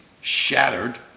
shattered